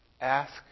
ask